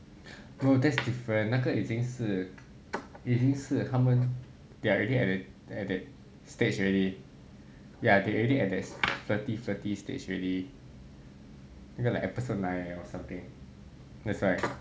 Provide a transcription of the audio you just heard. no that's different 那个已经是已经是他们 already at that at that stage already ya they already at that flirty flirty stage already 那个 like episode nine or something that's why